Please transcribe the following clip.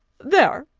there!